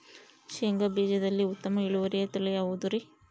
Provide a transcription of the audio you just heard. ಶೇಂಗಾ ಬೇಜದಲ್ಲಿ ಉತ್ತಮ ಇಳುವರಿಯ ತಳಿ ಯಾವುದುರಿ?